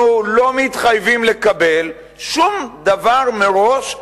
אנחנו לא מתחייבים לקבל שום דבר מראש,